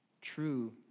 true